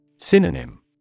Synonym